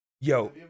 Yo